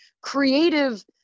creative